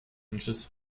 pinches